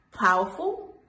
powerful